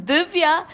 Divya